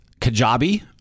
Kajabi